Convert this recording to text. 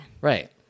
right